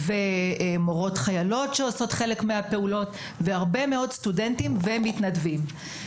מורות חיילות והרבה מאוד סטודנטים ומתנדבים.